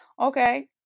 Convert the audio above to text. okay